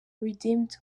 redeemed